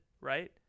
right